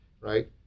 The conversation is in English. Right